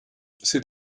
c’est